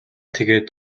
тэгээд